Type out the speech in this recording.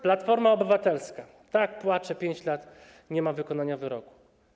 Platforma Obywatelska płacze 5 lat, że nie ma wykonania wyroku.